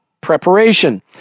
preparation